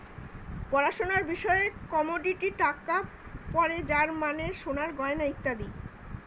পড়াশোনার বিষয়ে কমোডিটি টাকা পড়ে যার মানে সোনার গয়না ইত্যাদি